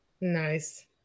nice